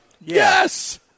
Yes